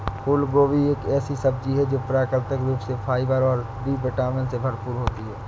फूलगोभी एक ऐसी सब्जी है जो प्राकृतिक रूप से फाइबर और बी विटामिन से भरपूर होती है